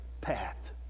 path